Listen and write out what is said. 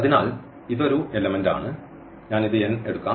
അതിനാൽ ഇത് ഒരു എലെമെന്റു ആണ് ഞാൻ ഇത് n എടുക്കാം